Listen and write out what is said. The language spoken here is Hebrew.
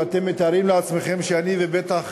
ואתם מתארים לעצמכם שאני, ובטח